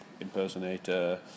impersonator